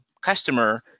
customer